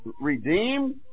redeemed